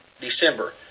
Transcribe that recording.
December